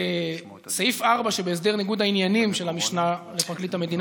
בסעיף 4 שבהסדר ניגוד העניינים של המשנה לפרקליט המדינה